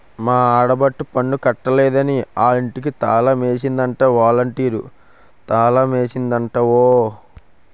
మా ఆడబొట్టి పన్ను కట్టలేదని ఆలింటికి తాలమేసిందట ఒలంటీరు తాలమేసిందట ఓ